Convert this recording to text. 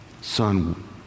Son